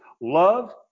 love